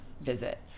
visit